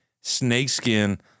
snakeskin